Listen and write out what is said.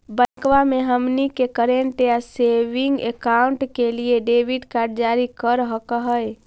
बैंकवा मे हमनी के करेंट या सेविंग अकाउंट के लिए डेबिट कार्ड जारी कर हकै है?